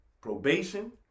probation